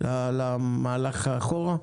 למהלך אחורה?